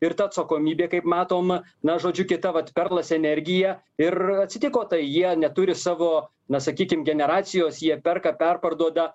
ir ta atsakomybė kaip matom na žodžiu kita vat perlas energija ir atsitiko tai jie neturi savo na sakykim generacijos jie perka perparduoda